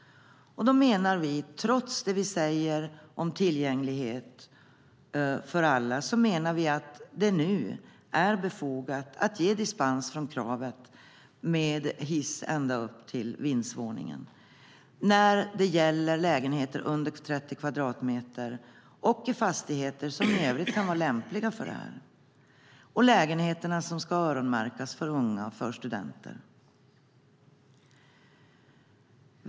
Trots det vi säger om tillgänglighet för alla menar vi att det är befogat att ge dispens från kravet på hiss ända upp till vindsvåningen när det gäller lägenheter som är mindre än 30 kvadratmeter i fastigheter som kan vara lämpliga för detta. Lägenheterna ska öronmärkas för unga och studenter.